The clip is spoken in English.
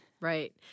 Right